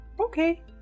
Okay